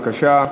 בבקשה.